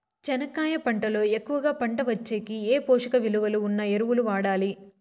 చెనక్కాయ పంట లో ఎక్కువగా పంట వచ్చేకి ఏ పోషక విలువలు ఉన్న ఎరువులు వాడాలి?